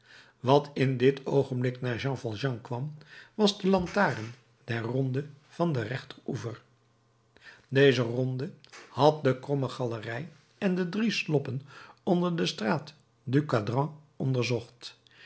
wat in dit oogenblik naar jean valjean kwam was de lantaarn der ronde van den rechteroever deze ronde had de kromme galerij en de drie sloppen onder de straat du cadran onderzocht